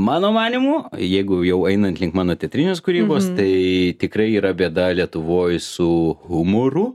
mano manymu jeigu jau einant link mano teatrinės kūrybos tai tikrai yra bėda lietuvoj su humoru